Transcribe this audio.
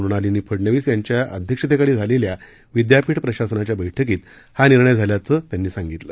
मृणालिनी फडनवीस यांच्या अध्यक्षतेखाली झालेल्या विद्यापीठ प्रशासनाच्या बैठकीत हा निर्णय झाल्याचं परीक्षा संचालक शाह यांनी सांगितलं